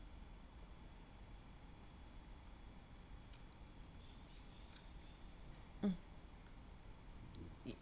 mm